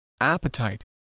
appetite